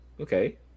Okay